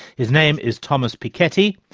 his name is thomas piketty,